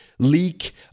Leak